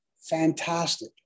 fantastic